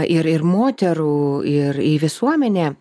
ir ir moterų ir į visuomenę